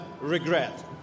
regret